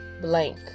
blank